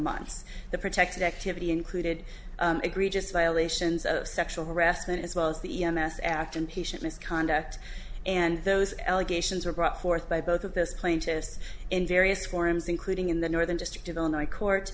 months the protected activity included egregious violations of sexual harassment as well as the mass act impatient misconduct and those allegations were brought forth by both of those plaintiffs in various forms including in the northern district of illinois court